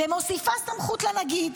מוסיפה סמכות לנגיד